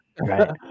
Right